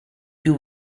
più